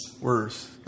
worse